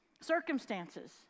circumstances